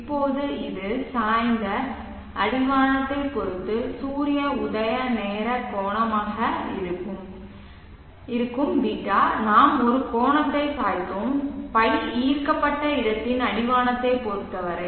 இப்போது இது சாய்ந்த அடிவானத்தைப் பொறுத்து சூரிய உதய நேர கோணமாக இருக்கும் ß நாம் ஒரு கோணத்தை சாய்த்தோம் ϕ ஈர்க்கப்பட்ட இடத்தின் அடிவானத்தைப் பொறுத்தவரை